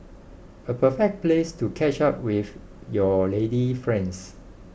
a perfect place to catch up with your lady friends